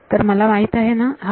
तर मला माहित आहे हा